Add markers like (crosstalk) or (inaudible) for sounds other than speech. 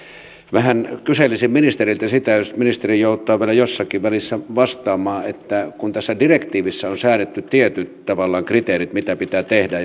vähän kyselisin ministeriltä sitä jos ministeri joutaa vielä jossakin välissä vastaamaan että kun tässä direktiivissä on säädetty tavallaan tietyt kriteerit mitä pitää tehdä (unintelligible)